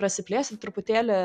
prasiplėsti truputėlį